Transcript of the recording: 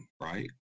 right